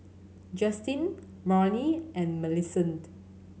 Justen Marnie and Millicent